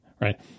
right